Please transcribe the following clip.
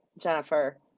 Jennifer